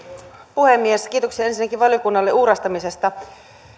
puhemies kiitoksia ensinnäkin valiokunnalle uurastamisesta